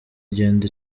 igenda